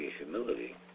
Humility